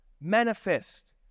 manifest